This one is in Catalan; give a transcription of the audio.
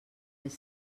les